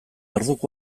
orduko